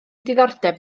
diddordeb